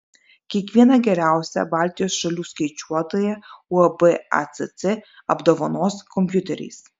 kiekvieną geriausią baltijos šalių skaičiuotoją uab acc apdovanos kompiuteriais